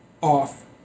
off